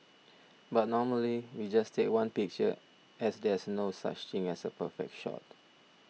but normally we just take one picture as there's no such thing as a perfect shot